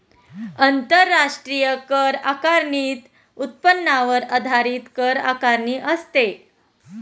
आंतरराष्ट्रीय कर आकारणीत उत्पन्नावर आधारित कर आकारणी असते